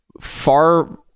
far